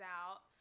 out